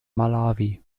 malawi